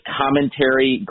commentary